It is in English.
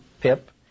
Pip